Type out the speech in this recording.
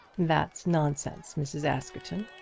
that's nonsense, mrs. askerton.